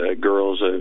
girls